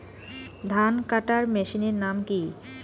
ধান কাটার মেশিনের নাম কি?